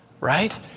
Right